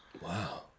wow